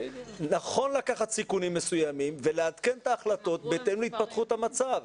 נכון לקחת סיכונים מסוימים ולעדכן את ההחלטות בהתאם להתפתחות המצב.